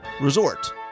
Resort